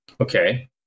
okay